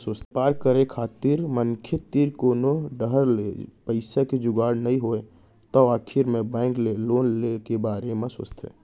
बेपार करे खातिर मनसे तीर कोनो डाहर ले पइसा के जुगाड़ नइ होय तै आखिर मे बेंक ले लोन ले के बारे म सोचथें